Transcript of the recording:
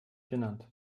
genannt